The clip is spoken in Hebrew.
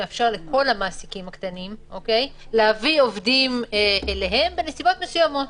מאפשר לכל המעסיקים הקטנים להביא עובדים אליהם בנסיבות מסוימות.